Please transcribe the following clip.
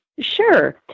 Sure